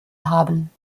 haben